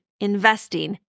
investing